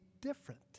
different